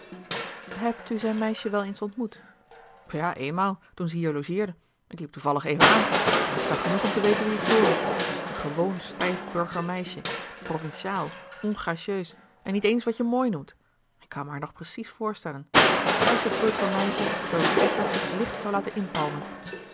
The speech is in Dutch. hebt u zijn meisje wel eens ontmoet ja eenmaal toen ze hier logeerde ik liep toevallig even aan maar ik zag genoeg om te weten wie ik voorhad een gewoon stijf burgermeisje provinciaal ongracieus en niet eens wat je mooi noemt ik kan me haar nog precies voorstellen juist het soort van meisje door wie edward zich licht zou laten inpalmen